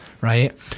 right